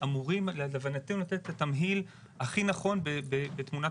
אמורים להבנתנו לתת את התמהיל הכי נכון בתמונת